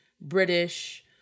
British